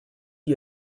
lui